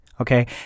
okay